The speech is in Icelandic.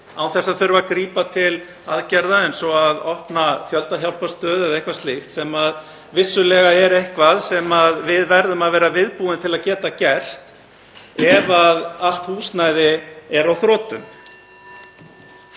án þess að þurfa að grípa til aðgerða eins og að opna fjöldahjálparstöð eða eitthvað slíkt, sem vissulega er eitthvað sem við verðum að vera viðbúin að geta gert ef allt húsnæði er á þrotum.